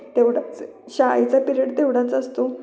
तेवढंच शाळेचा पिरिअड तेवढाच असतो